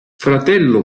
fratello